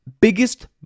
biggest